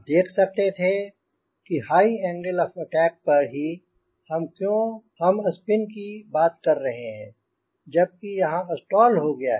आप देख सकते थे कि हाई एंगल ऑफ़ अटैक पर ही हम क्यों हम स्पिन की बात कर रहे हैं जबकि यहाँ स्टॉल हो गया है